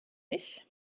ich